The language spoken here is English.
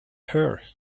her